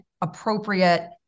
appropriate